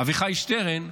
אביחי שטרן,